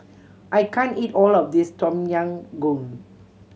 I can't eat all of this Tom Yam Goong